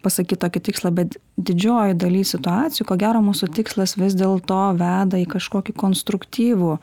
pasakyt tokį tikslą bet didžiojoj daly situacijų ko gero mūsų tikslas vis dėlto veda į kažkokį konstruktyvų